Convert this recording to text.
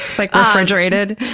like ah refrigerated?